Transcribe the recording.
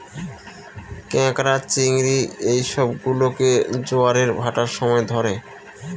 ক্যাঁকড়া, চিংড়ি এই সব গুলোকে জোয়ারের ভাঁটার সময় ধরে